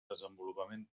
desenvolupament